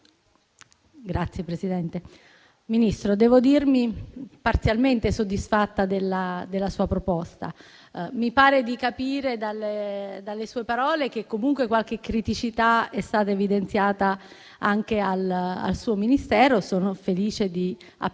*(M5S)*. Signor Ministro, devo dirmi parzialmente soddisfatta della sua proposta. Mi pare di capire dalle sue parole che, comunque, qualche criticità è stata evidenziata anche al suo Ministero. Sono felice di apprendere